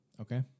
Okay